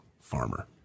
farmer